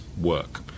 work